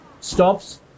stops